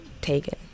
taken